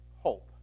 hope